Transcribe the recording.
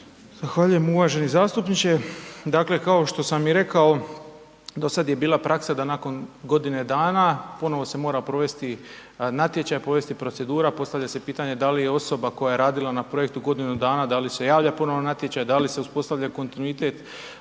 Zahvaljujem uvaženi zastupniče. Dakle kao što sam i rekao do sada je bila praksa da nakon godine dana ponovo se mora provesti natječaj, povesti procedura, postavlja se pitanje da li je osoba koja je radila na projektu godinu dana da li se javlja ponovno na natječaj, da li se uspostavlja kontinuitet